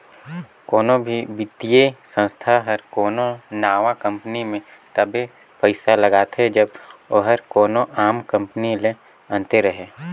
कोनो भी बित्तीय संस्था हर कोनो नावा कंपनी में तबे पइसा लगाथे जब ओहर कोनो आम कंपनी ले अन्ते रहें